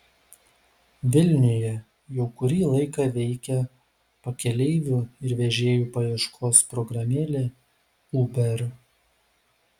vilniuje jau kurį laiką veikia pakeleivių ir vežėjų paieškos programėlė uber